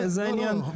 זה העניין?